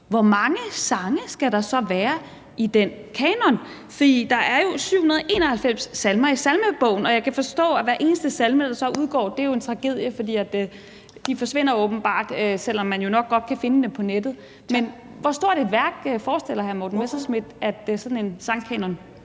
hvor mange sange skal der så være i den kanon? For der er jo 791 salmer i salmebogen, og jeg kan forstå, at hver eneste salme, der så udgår, er en tragedie, fordi de åbenbart forsvinder, selv om man jo nok godt kan finde dem på nettet. Men hvor stort et værk forestiller hr. Morten